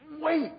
wait